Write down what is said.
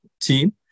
team